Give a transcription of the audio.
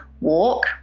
walk